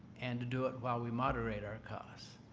and to do it while we moderate our costs.